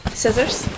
Scissors